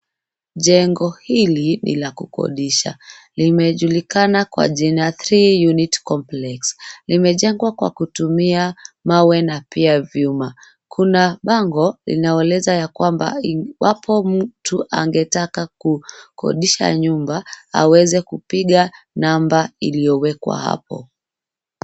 Jengo hili ni la kukodisha. Limejulikana kwa jina cs[Three-Unit Complex]cs. Limejengwa kwa kutumia mawe na pia vyuma. Kuna bango linaloeleza kwamba iwapo mtu angetaka kukodisha nyumba, aweze kupiga namba iliyowekwa hapo.